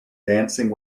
dancing